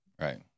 Right